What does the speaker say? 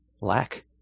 lack